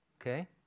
Okay